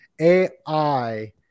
AI